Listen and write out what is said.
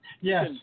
Yes